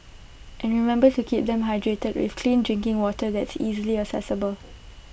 and remember to keep them hydrated with clean drinking water that's easily accessible